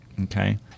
okay